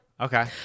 Okay